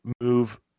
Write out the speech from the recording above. move